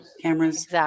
cameras